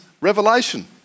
revelation